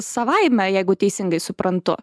savaime jeigu teisingai suprantu